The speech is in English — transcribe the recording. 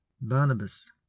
Barnabas